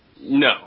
No